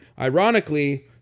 ironically